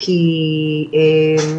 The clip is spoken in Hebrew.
על השאלה כי אין לי את הנתונים פה.